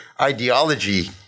ideology